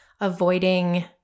avoiding